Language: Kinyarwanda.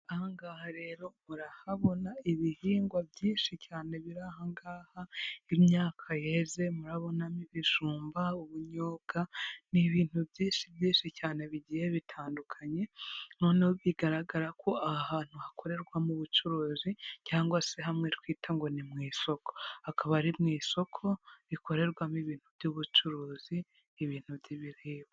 Aha ngaha rero murahabona ibihingwa byinshi cyane biri aha ngaha, imyaka yeze, murabonamo ibijumba, ubunyobwa. Ni ibintu byinshi byinshi cyane bigiye bitandukanye, noneho bigaragara ko aha hantu hakorerwamo ubucuruzi cyangwa se hamwe twita ngo ni mu isoko. Akaba ari mu isoko rikorerwamo ibintu by'ubucuruzi, ibintu by'ibibiribwa.